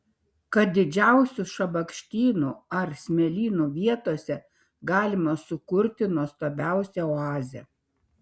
kad didžiausių šabakštynų ar smėlynų vietose galima sukurti nuostabiausią oazę